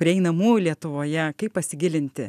prieinamų lietuvoje kaip pasigilinti